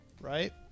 right